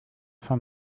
von